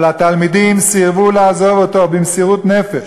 אבל התלמידים סירבו לעזוב אותו, במסירות נפש.